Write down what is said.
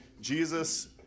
Jesus